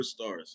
superstars